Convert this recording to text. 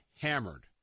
hammered